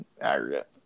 aggregate